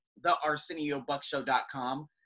thearseniobuckshow.com